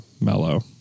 mellow